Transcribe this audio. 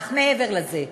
אך מעבר לזה,